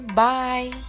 bye